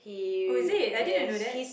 oh is it I didn't know that